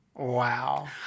Wow